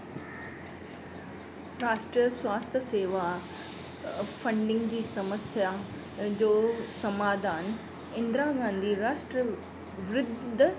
plaster स्वास्थ्य सेवा funding जी समस्या जो समाधान इंदिरा गांधी राष्ट्र वृद्ध